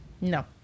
No